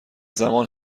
زمان